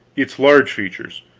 its large features.